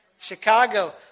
Chicago